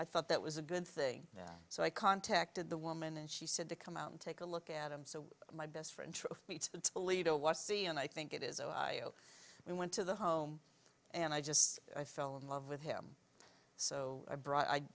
i thought that was a good thing so i contacted the woman and she said to come out and take a look at him so my best friend to me to toledo was see and i think it is oh i we went to the home and i just i fell in love with him so i